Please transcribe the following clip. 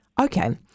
Okay